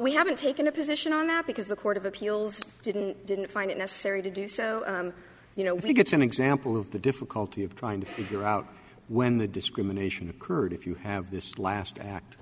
we haven't taken a position on that because the court of appeals didn't didn't find it necessary to do so you know we get some examples of the difficulty of trying to figure out when the discrimination crewed if you have this last act